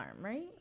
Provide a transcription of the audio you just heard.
right